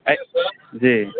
जी